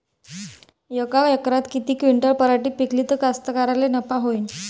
यका एकरात किती क्विंटल पराटी पिकली त कास्तकाराइले नफा होईन?